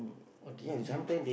or did you